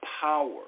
power